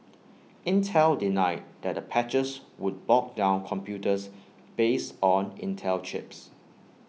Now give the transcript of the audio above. Intel denied that the patches would bog down computers based on Intel chips